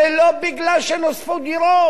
זה לא מפני שנוספו דירות,